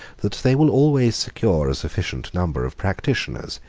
that they will always secure a sufficient number of practitioners,